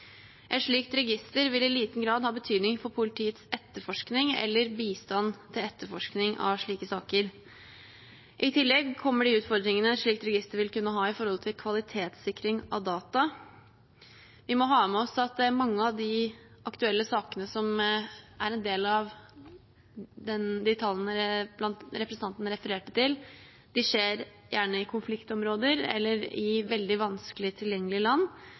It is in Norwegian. Et slikt register vil i liten grad ha betydning for politiets etterforskning eller bistand til etterforskning av slike saker. I tillegg kommer de utfordringene et slikt register vil kunne ha for kvalitetssikring av data. Vi må ha med oss at mange av de aktuelle sakene som er en del av de tallene representanten refererte til, gjerne skjer i konfliktområder eller i veldig vanskelig tilgjengelige land,